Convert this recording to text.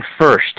first